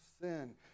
sin